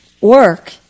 work